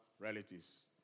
realities